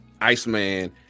Iceman